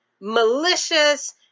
malicious